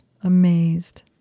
amazed